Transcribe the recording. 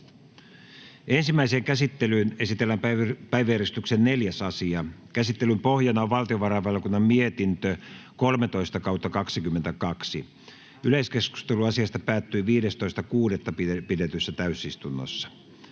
Ensimmäiseen käsittelyyn esitellään päiväjärjestyksen 4. asia. Käsittelyn pohjana on valtiovarainvaliokunnan mietintö VaVM 13/2022 vp. Yleiskeskustelu asiasta päättyi 15.6.2022 pidetyssä täysistunnossa.